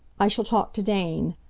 i shall talk to dane.